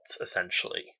essentially